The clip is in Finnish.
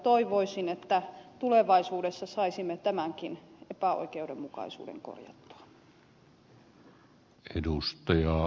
toivoisin että tulevaisuudessa saisimme tämänkin epäoikeudenmukaisuuden korjattua